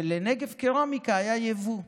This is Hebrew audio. ולנגב קרמיקה היה יבוא.